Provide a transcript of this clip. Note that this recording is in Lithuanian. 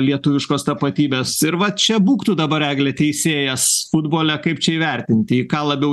lietuviškos tapatybės ir va čia būk tu dabar egle teisėjas futbole kaip čia įvertinti į ką labiau